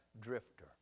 drifter